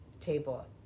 table